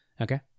Okay